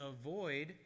avoid